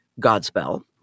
Godspell